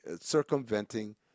circumventing